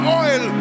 oil